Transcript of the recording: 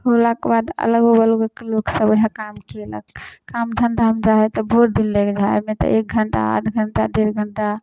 होलाके बाद अलग बगल लोकसभ ओहे काम कएलक काम धन्धा उन्धा हइ तऽ बहुत दिन लागि जाइ हइ एहिमे तऽ एक घण्टा आध घण्टा डेढ़ घण्टा